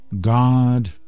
God